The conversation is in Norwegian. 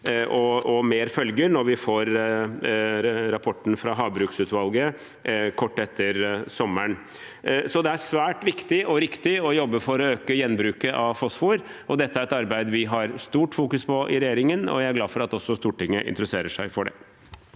Mer følger når vi får rapporten fra havbruksutvalget kort tid etter sommeren. Det er svært viktig og riktig å jobbe for å øke gjenbruket av fosfor. Dette er et arbeid vi har fokus på i regjeringen, og jeg er glad for at også Stortinget interesserer seg for det.